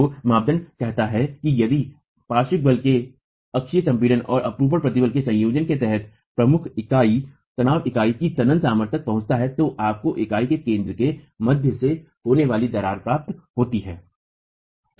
तो मानदंड कहता है कि यदि पार्श्व बल से अक्षीय संपीड़न और अपरूपण प्रतिबल के संयोजन के तहत प्रमुख तनाव इकाईश्रंखला की तनन सामर्थ्य तक पहुंचता है तो आपको इकाई के केंद्र के माध्यम से होने वाली दरार प्राप्त होती है